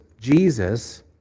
Jesus